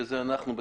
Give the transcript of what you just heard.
זה אנחנו.